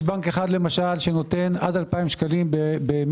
יש בנק אחד למשל שנותן עד אלפיים שקלים במינוס,